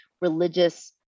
religious